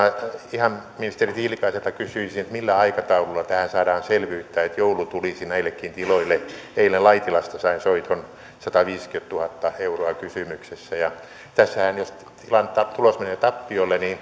ihan ministeri tiilikaiselta kysyisin millä aikataululla tähän saadaan selvyyttä että joulu tulisi näillekin tiloille eilen laitilasta sain soiton sataviisikymmentätuhatta euroa kysymyksessä ja tässähän jos tilan tulos menee tappiolle